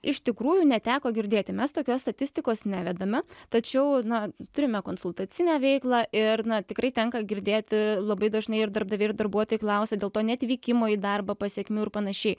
iš tikrųjų neteko girdėti mes tokios statistikos nevedame tačiau na turime konsultacinę veiklą ir na tikrai tenka girdėti labai dažnai ir darbdaviai ir darbuotojai klausia dėl to neatvykimo į darbą pasekmių ir panašiai